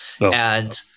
And-